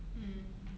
mm